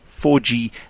4G